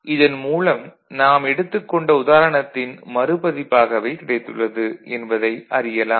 இதன் மூலம் நாம் எடுத்துக் கொண்ட உதாரணத்தின் மறு பதிப்பாகவே கிடைத்துள்ளது என்பதை அறியலாம்